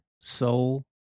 soul